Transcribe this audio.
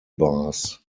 bars